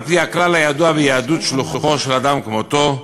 על-פי הכלל הידוע ביהדות: שלוחו של אדם כמותו,